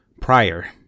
prior